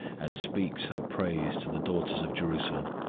and speaks her praise to the daughters of jerusalem.